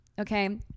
okay